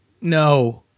no